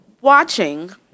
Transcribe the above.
watching